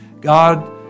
God